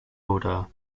order